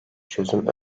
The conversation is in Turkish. çözüm